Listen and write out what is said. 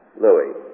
Louis